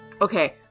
Okay